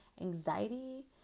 anxiety